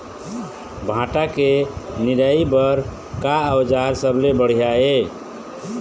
भांटा के निराई बर का औजार सबले बढ़िया ये?